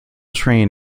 train